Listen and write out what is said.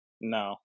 No